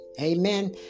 Amen